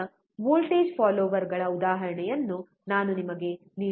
ಆದ್ದರಿಂದ ವೋಲ್ಟೇಜ್ ಫಾಲ್ಲೋರ್ಗಳ ಉದಾಹರಣೆಯನ್ನು ನಾನು ನಿಮಗೆ ನೀಡಿದ್ದೇನೆ